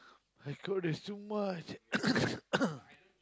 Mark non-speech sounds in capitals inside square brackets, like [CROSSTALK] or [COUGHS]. my-God is too much [COUGHS]